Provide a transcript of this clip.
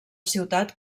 ciutat